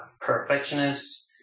perfectionist